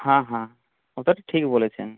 হ্যাঁ হ্যাঁ ওটা তো ঠিক বলেছেন